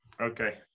Okay